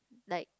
like